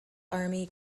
army